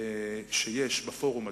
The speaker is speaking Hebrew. שיש בפורום הזה.